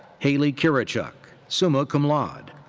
haley kirychuk, summa cum laude.